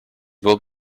will